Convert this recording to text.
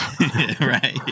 Right